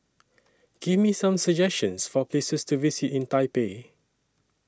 Give Me Some suggestions For Places to visit in Taipei